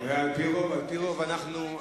הדברים שלו.